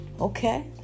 Okay